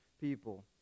people